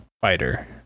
fighter